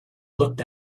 looked